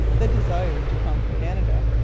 the desire to conquer canada,